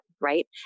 right